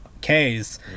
k's